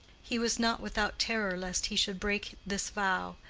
he was not without terror lest he should break this vow,